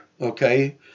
okay